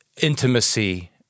intimacy